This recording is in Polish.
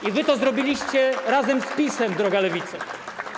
I wy to zrobiliście razem z PiS-em, droga Lewico.